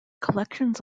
collections